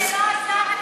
וזה לא עזר.